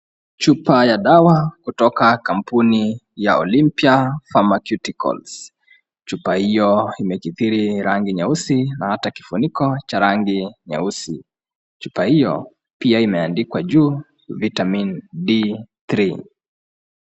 Chupa ya dawa kutoka kampuni ya Olimp ia pharmaceuticals chupa hiyo imekithiri rangi nyeusi na hata kifuniko cha rangi nyeusi chupa hiyo pia imeandikwa juu vitamin D3.